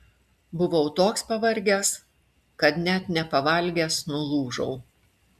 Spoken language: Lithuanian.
buvau toks pavargęs kad net nepavalgęs nulūžau